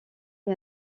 est